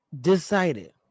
decided